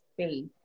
space